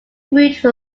route